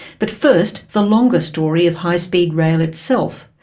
but first, the longer story of high speed rail itself.